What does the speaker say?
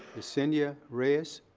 yesenia reyes.